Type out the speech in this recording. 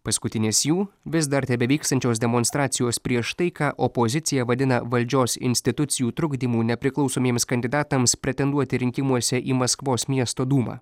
paskutinės jų vis dar tebevykstančios demonstracijos prieš taiką opozicija vadina valdžios institucijų trukdymu nepriklausomiems kandidatams pretenduoti rinkimuose į maskvos miesto dūmą